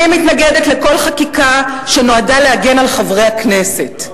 אני מתנגדת לכל חקיקה שנועדה להגן על חברי הכנסת,